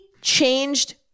changed